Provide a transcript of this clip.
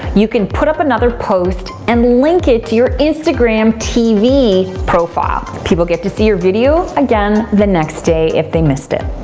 you can put up another post and link it to your instagram tv profile. people get to see your video again the next day if they missed it.